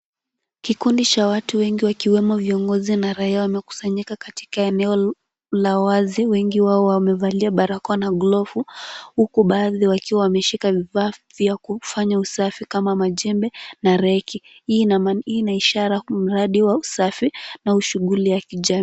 Kikundi cha watu wengi wakiwemo viongozi na raia wamekusanyika katika eneo la wazi. Wengi wao wamevalia barakoa na glovu, huku baadhi wakiwa wameshika vifaa vya kufanya usafi kama majembe na reki. Hii ina ishara mradi wa usafi au shughuli ya kijamii.